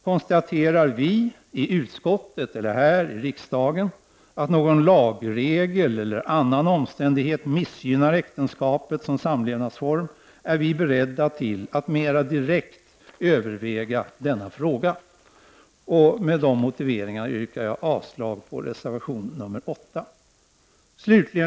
Konstaterar vi här i riksdagen att någon lagregel eller någon annan omständighet missgynnar äktenskapet som samlevnadsform, är vi beredda att mera direkt överväga denna fråga. Med den motiveringen yrkar jag avslag på reservation 8.